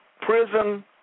prison